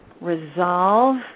resolve